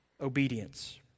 obedience